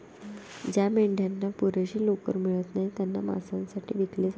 ज्या मेंढ्यांना पुरेशी लोकर मिळत नाही त्यांना मांसासाठी विकले जाते